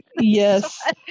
Yes